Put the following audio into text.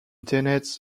tenets